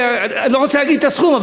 אני לא רוצה להגיד את הסכום,